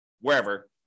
wherever